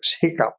hiccup